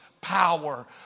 power